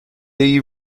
you